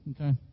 okay